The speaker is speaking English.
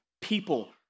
people